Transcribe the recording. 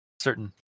certain